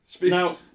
Now